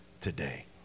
today